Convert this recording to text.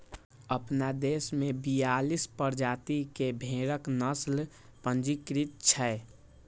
अपना देश मे बियालीस प्रजाति के भेड़क नस्ल पंजीकृत छै